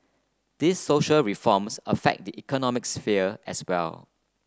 these social reforms affect the economic sphere as well